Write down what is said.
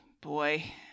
boy